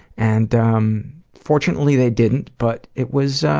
and um fortunately they didn't, but it was